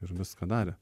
ir viską darė